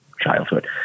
childhood